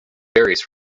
varies